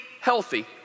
healthy